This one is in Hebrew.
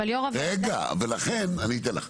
אבל, יו"ר הוועדה --- אני אתן לך.